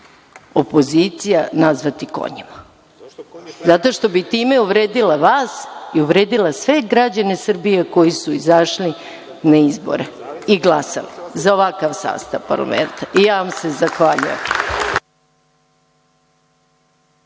opozicija, nazvati konjima, zato što bih time uvredila vas i uvredila sve građane Srbije koji su izašli na izbore i glasali za ovakav sastav parlamenta. Zahvaljujem.